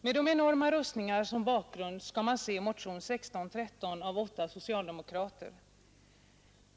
Med de enorma rustningarna som bakgrund skall man se motionen 1613 av åtta socialdemokrater.